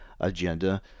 agenda